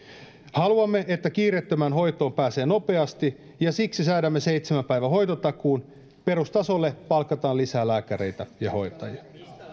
haluamme että kiireettömään hoitoon pääsee nopeasti ja siksi säädämme seitsemän päivän hoitotakuun perustasolle palkataan lisää lääkäreitä ja hoitajia